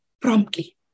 promptly